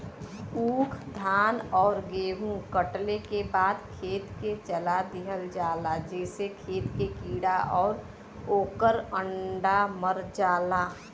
ऊख, धान आउर गेंहू कटले के बाद खेत के जला दिहल जाला जेसे खेत के कीड़ा आउर ओकर अंडा मर जाला